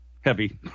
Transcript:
heavy